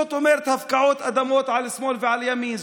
זאת אומרת הפקעות אדמות על שמאל ועל ימין,